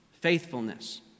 faithfulness